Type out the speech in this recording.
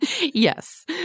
Yes